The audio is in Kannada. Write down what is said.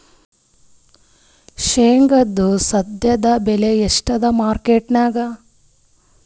ಶೇಂಗಾದು ಸದ್ಯದಬೆಲೆ ಎಷ್ಟಾದಾ ಮಾರಕೆಟನ್ಯಾಗ?